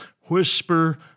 whisper